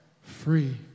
free